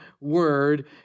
word